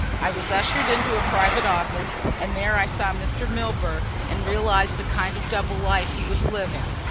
i was ushered into a private office, and there i saw mr. milburgh and realised the kind of double life he was living.